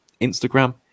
instagram